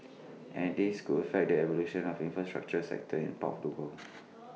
and this could affect the evolution of infrastructure sectors in part of the world